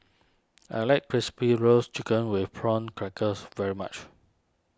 I like Crispy Roasted Chicken with Prawn Crackers very much